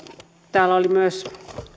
täällä oli